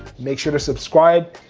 make sure to subscribe,